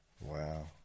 wow